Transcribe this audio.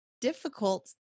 difficult